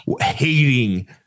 hating